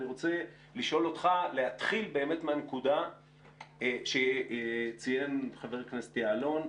אני רוצה להתחיל באמת מהנקודה שציין חבר הכנסת יעלון.